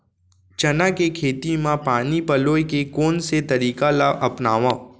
चना के खेती म पानी पलोय के कोन से तरीका ला अपनावव?